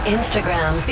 Instagram